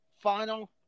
final